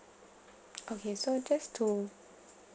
okay so just to